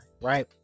right